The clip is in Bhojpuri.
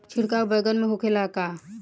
छिड़काव बैगन में होखे ला का?